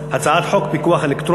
אני קובע שהצעת הצעת חוק המאבק בתופעת